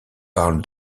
parle